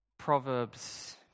Proverbs